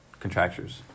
contractures